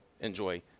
enjoy